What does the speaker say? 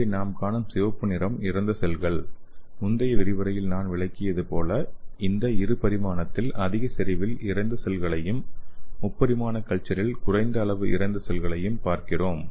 இங்கே நாம் காணும் சிவப்பு நிறம் இறந்த செல்கள் முந்தைய விரிவுரையில் நான் விளக்கியது போல இந்த இரு பரிமாணத்தில் அதிக செறிவில் இறந்த செல்களையும் முப்பரிமாண கல்சரில் குறைந்த அளவு இறந்த செல்களையும் பார்க்கிறோம்